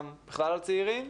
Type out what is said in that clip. גם בכלל הצעירים.